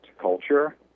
culture